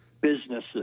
businesses